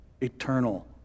eternal